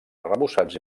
arrebossats